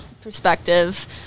perspective